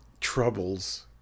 troubles